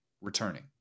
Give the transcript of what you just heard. Returning